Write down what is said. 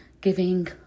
giving